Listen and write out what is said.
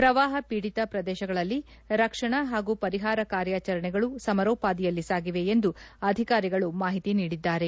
ಪ್ರವಾಹ ಪೀಡಿತ ಪ್ರದೇಶಗಳಲ್ಲಿ ರಕ್ಷಣಾ ಹಾಗೂ ಪರಿಹಾರ ಕಾರ್ಯಾಚರಣೆಗಳು ಸಮರೋಪಾದಿಯಲ್ಲಿ ಸಾಗಿವೆ ಎಂದು ಅಧಿಕಾರಿಗಳು ಮಾಹಿತಿ ನಿಡಿದ್ದಾರೆ